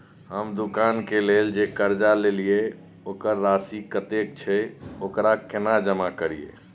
हम दुकान के लेल जे कर्जा लेलिए वकर राशि कतेक छे वकरा केना जमा करिए?